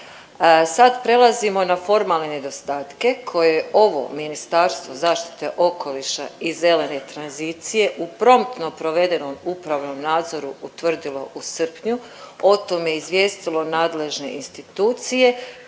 Sad prelazimo na formalne nedostatke koje je ovo Ministarstvo zaštite okoliša i zelene tranzicije u promptno provedenom upravnom nadzoru utvrdilo u srpnju, o tome izvijestilo nadležne institucije